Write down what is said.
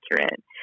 accurate